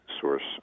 source